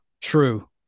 True